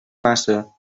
massa